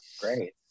great